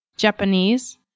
Japanese